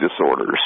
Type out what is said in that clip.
disorders